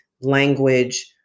language